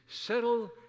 settle